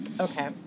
Okay